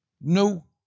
no